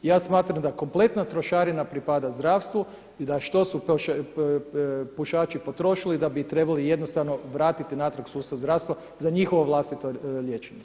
Ja smatram da kompletna trošarina pripada zdravstvu i da što su pušači potrošili da bi trebali jednostavno vratiti natrag sustav zdravstva za njihovo vlastito liječenje.